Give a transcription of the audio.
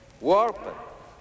warped